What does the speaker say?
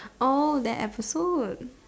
oh that episode